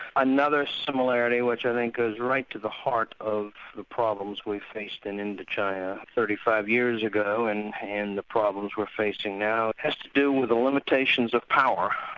another similarity which i think goes right to the heart of the problems we faced in indo china thirty five years ago, and the problems we're facing now, has to do with the limitations of power,